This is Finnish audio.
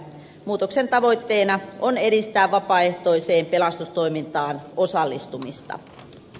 muutoksen tavoitteena on edistää vapaaehtoiseen pelastustoimintaan osallistumista